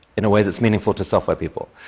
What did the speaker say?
in a way that's meaningful to software people.